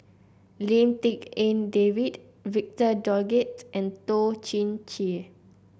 Lim Tik En David Victor Doggett and Toh Chin Chye